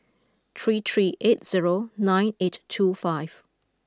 three three eight zero nine eight two five